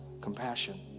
compassion